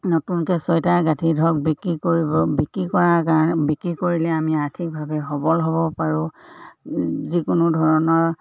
নতুনকে চুৱেটাৰ গাঁঠি ধৰক বিক্ৰী কৰিব বিক্ৰী কৰাৰ কাৰণে বিক্ৰী কৰিলে আমি আৰ্থিকভাৱে সবল হ'ব পাৰোঁ যিকোনো ধৰণৰ